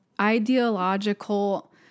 ideological